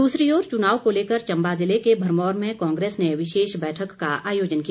दूसरी ओर चुनाव को लेकर चम्बा ज़िले के भरमौर में कांग्रेस ने विशेष बैठक का आयोजन किया